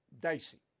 dicey